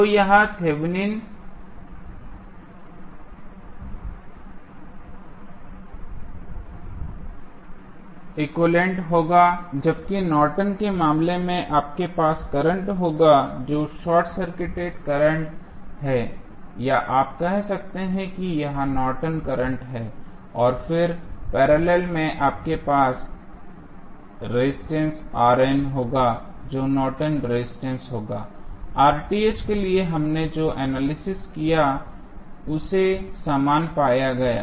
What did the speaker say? तो यह Thevenin equivalent होगा जबकि नॉर्टन के मामले में आपके पास करंट होगा जो शॉर्ट सर्किट करंट है या आप कह सकते हैं कि यह नॉर्टन करंट Nortons current है और फिर पैरेलल में आपके पास रेजिस्टेंस होगा जो नॉर्टन रेजिस्टेंस Nortons resistance होगा के लिए हमने जो एनालिसिस किया उसे समान पाया गया हैं